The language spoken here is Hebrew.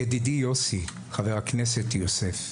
ידידי יוסי, חבר הכנסת יוסף,